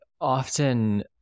often